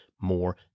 more